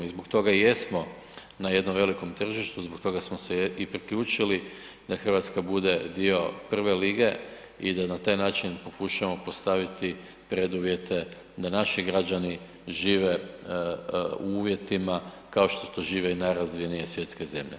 I zbog toga jesmo na jednom velikom tržištu zbog toga smo se i priključili da Hrvatska bude dio prve lige i da na taj način pokušamo postaviti preduvjete da naši građani žive u uvjetima kao što to žive i najrazvijenije svjetske zemlje.